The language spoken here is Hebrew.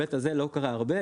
בהיבט הזה לא קרה הרבה,